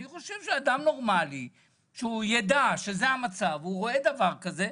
אלא אני חושב שאדם נורמלי שיידע שזה המצב ורואה דבר כזה,